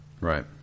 Right